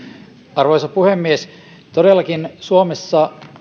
arvoisa puhemies todellakin suomessa